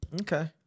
Okay